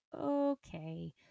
okay